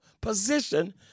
position